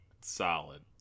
solid